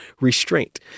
restraint